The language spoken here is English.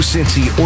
Cincy